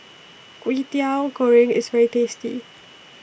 Kwetiau Goreng IS very tasty